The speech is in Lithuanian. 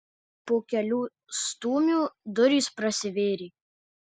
po kelių stūmių durys prasivėrė